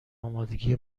آمادگی